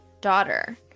daughter